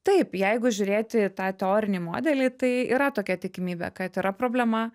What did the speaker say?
taip jeigu žiūrėti tą teorinį modelį tai yra tokia tikimybė kad yra problema